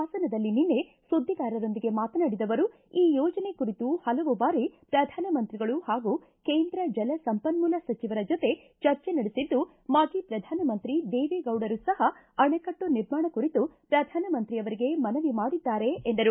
ಹಾಸನದಲ್ಲಿ ನಿನ್ನೆ ಸುಧಿಗಾರರೊಂದಿಗೆ ಮಾತನಾಡಿದ ಆವರು ಈ ಯೋಜನೆ ಕುರಿತು ಪಲವು ಬಾರಿ ಪ್ರಧಾನಮಂತ್ರಿಗಳು ಪಾಗೂ ಕೇಂದ್ರ ಜಲ ಸಂಪನ್ನೂಲ ಸಚಿವರ ಜೊತೆ ಚರ್ಚೆ ನಡೆಸಿದ್ದು ಮಾಜಿ ಪ್ರಧಾನಮಂತ್ರಿ ದೇವೆಗೌಡರು ಸಹ ಅಣೆಕಟ್ಟು ನಿರ್ಮಾಣ ಕುರಿತು ಪ್ರಧಾನಮಂತ್ರಿ ಅವರಿಗೆ ಮನವಿ ಮಾಡಿದ್ದಾರೆ ಎಂದರು